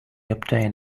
obtain